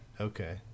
Okay